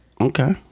okay